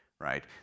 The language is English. right